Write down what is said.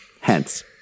Hence